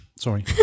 Sorry